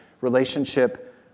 relationship